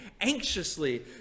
anxiously